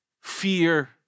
fear